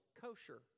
kosher